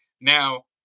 Now